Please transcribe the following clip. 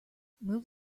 move